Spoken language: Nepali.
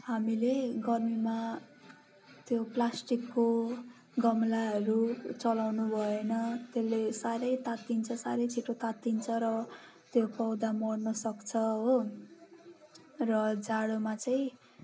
हामीले गर्मीमा त्यो प्लास्टिकको गमलाहरू चलाउनु भएन त्यसले साह्रै तातिन्छ साह्रै छिटो तातिन्छ र त्यो पौधा मर्न सक्छ हो र जाडोमा चाहिँ